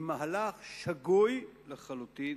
עם מהלך שגוי לחלוטין,